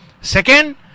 Second